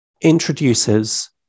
introduces